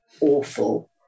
awful